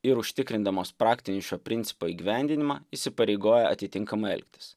ir užtikrindamos praktinį šio principo įgyvendinimą įsipareigoja atitinkamai elgtis